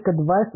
advice